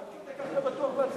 עד כדי כך אתה בטוח בעצמך,